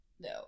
No